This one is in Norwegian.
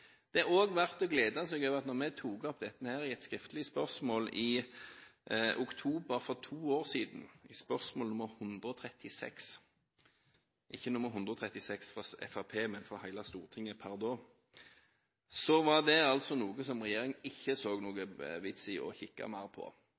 Det er også verdt å glede seg over at da vi tok opp dette i et skriftlig spørsmål i oktober for to år siden, spørsmål nr. 136 – ikke nr. 136 fra Fremskrittspartiet, men fra hele Stortinget – var dette altså noe som regjeringen ikke så